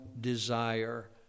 desire